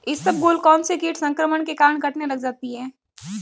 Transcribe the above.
इसबगोल कौनसे कीट संक्रमण के कारण कटने लग जाती है?